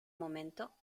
momento